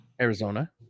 Arizona